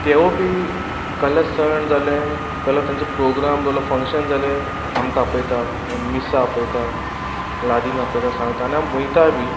तेवू पी कसले सण जाले कसलो तेंचो प्रोग्राम दोवरलो फंक्शन जालें आमकां आपयता मिसा आपयता लादीन आपयता सांगता आनी आम वयता बी